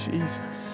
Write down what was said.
Jesus